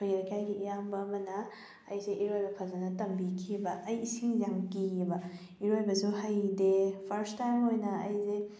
ꯑꯩꯈꯣꯏ ꯂꯩꯀꯥꯏꯒꯤ ꯏꯌꯥꯝꯕ ꯑꯃꯅ ꯑꯩꯁꯦ ꯏꯔꯣꯏꯕ ꯐꯖꯟꯅ ꯇꯝꯕꯤꯈꯤꯕ ꯑꯩ ꯏꯁꯤꯡꯁꯦ ꯌꯥꯝꯅ ꯀꯤꯕ ꯏꯔꯣꯏꯕꯁꯨ ꯍꯩꯇꯦ ꯐꯥꯔꯁ ꯇꯥꯏꯝ ꯑꯣꯏꯅ ꯑꯩꯁꯦ